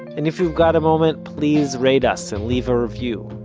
and if you've got a moment, please rate us and leave a review.